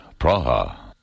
Praha